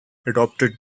adopted